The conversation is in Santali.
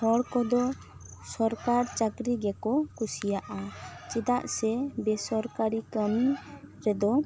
ᱦᱚᱲ ᱠᱚᱫᱚ ᱥᱚᱨᱠᱟᱨ ᱪᱟᱹᱠᱨᱤ ᱜᱮᱠᱚ ᱠᱩᱥᱤᱭᱟᱜᱼᱟ ᱪᱮᱫᱟᱜ ᱥᱮ ᱵᱮᱥᱚᱨᱠᱟᱨᱤ ᱠᱟᱹᱢᱤ ᱨᱮᱫᱚ